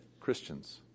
Christians